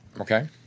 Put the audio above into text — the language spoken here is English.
Okay